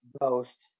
ghost